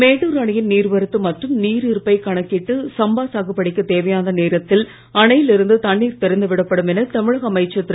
மேட்டூர் அணையின் நீர்வரத்து மற்றும் நீர் இருப்பை கணக்கிட்டு சம்பா சாகுபடிக்கு தேவையான நேரத்தில் அணையில் இருந்து தண்ணீர் திறந்து விடப்படும் என தமிழக அமைச்சர் திரு